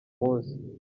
munsi